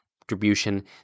distribution